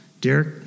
Derek